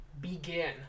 begin